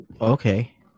Okay